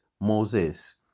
Moses